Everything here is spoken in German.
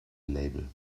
label